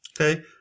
Okay